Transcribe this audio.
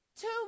two